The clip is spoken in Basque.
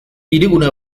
hirigune